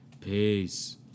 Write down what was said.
Peace